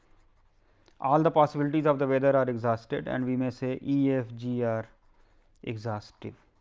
all the possibilities of the weather are exhausted, and we may say e, f, g are exhaustive.